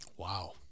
Wow